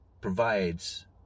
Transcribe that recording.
provides